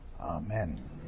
Amen